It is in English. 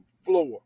floor